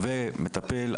ומטפל,